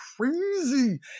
crazy